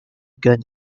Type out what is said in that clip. gun